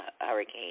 Hurricane